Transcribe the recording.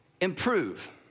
improve